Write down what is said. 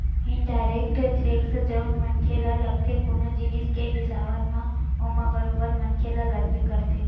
indirect tax जउन मनखे ल लगथे कोनो जिनिस के बिसावत म ओमा बरोबर मनखे ल लगबे करथे